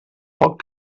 pot